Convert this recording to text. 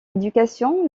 éducation